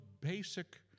basic